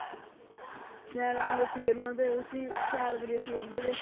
शैल करियै फेरना ते उसी शैल करियै फैरियै ते